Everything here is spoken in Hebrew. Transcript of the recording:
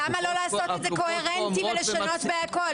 הקופות --- אז למה לא לעשות את זה קוהרנטי ולשנות בהכל,